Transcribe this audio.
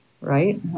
right